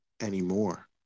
anymore